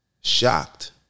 shocked